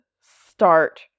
start